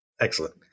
excellent